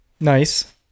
Nice